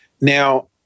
Now